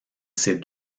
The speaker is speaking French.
ses